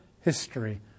history